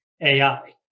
AI